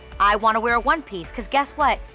i wanna wear a one piece. cause guess what?